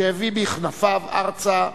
שהביא בכנפיו ארצה,